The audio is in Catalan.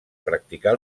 practicar